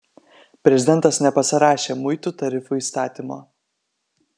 prezidentas nepasirašė muitų tarifų įstatymo